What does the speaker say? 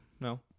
No